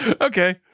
Okay